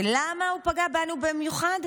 ולמה הוא פגע בנו במיוחד?